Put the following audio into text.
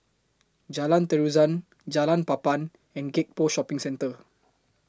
Jalan Terusan Jalan Papan and Gek Poh Shopping Centre